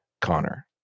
Connor